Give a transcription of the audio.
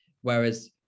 Whereas